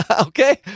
Okay